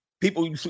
people